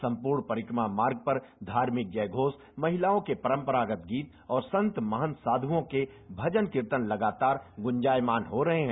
सम्पूर्ण परिक्रमा मार्ग पर धार्मिक जयघोष महिलाओं के परम्परागत गीत और संत महत साध्यों के भजन कीर्तन लगातार गुंजायमान हो रहे हैं